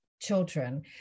children